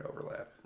overlap